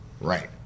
right